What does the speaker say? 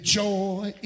joy